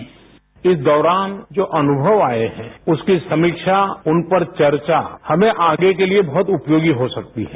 bite इस दौरान जो अनुभव आए हैं उसकी समीक्षा उन पर चर्चा हमें आगे के लिएबहुत उपयोगी हो सकती है